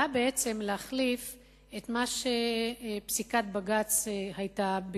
נועד בעצם להחליף את מה שפסיקת בג"ץ היתה,